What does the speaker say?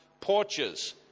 porches